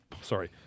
sorry